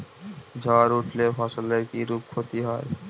ঝড় উঠলে ফসলের কিরূপ ক্ষতি হয়?